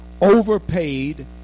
overpaid